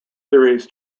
theories